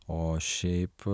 o šiaip